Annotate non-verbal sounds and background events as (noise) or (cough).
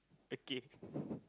okay (breath)